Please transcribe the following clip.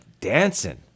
dancing